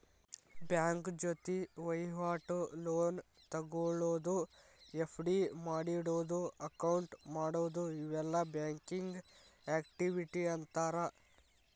bank ಜೊತಿ ವಹಿವಾಟು, loan ತೊಗೊಳೋದು, ಎಫ್.ಡಿ ಮಾಡಿಡೊದು, ಅಕೌಂಟ್ ಮಾಡೊದು ಇವೆಲ್ಲಾ ಬ್ಯಾಂಕಿಂಗ್ ಆಕ್ಟಿವಿಟಿ ಅಂತಾರ